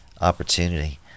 opportunity